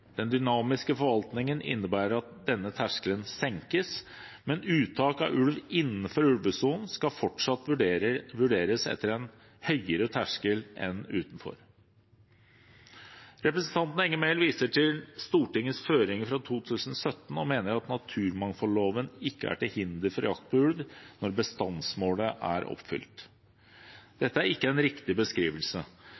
Den dynamiske forvaltningen innebærer at denne terskelen senkes, men uttak av ulv innenfor ulvesonen skal fortsatt vurderes etter en høyere terskel enn utenfor. Representanten Enger Mehl viser til Stortingets føringer fra 2017 og mener at naturmangfoldloven ikke er til hinder for jakt på ulv når bestandsmålet er oppfylt.